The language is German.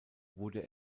wurde